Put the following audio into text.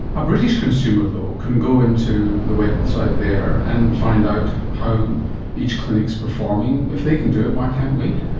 a british consumer though can go into the website there and find out how each clinic is performing. if they can do it, why can't we?